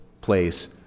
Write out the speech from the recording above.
place